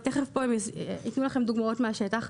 ותיכף ייתנו לכם דוגמאות מן השטח,